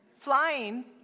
flying